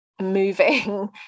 moving